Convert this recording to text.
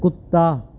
ਕੁੱਤਾ